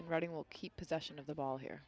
and writing will keep possession of the ball here